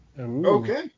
Okay